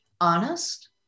honest